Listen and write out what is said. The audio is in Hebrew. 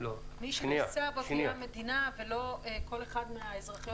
מי שנושא ב- -- המדינה ולא כל אחד מהאזרחיות